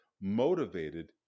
motivated